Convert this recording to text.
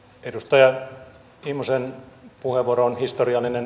edustaja immosen puheenvuoro on historiallinen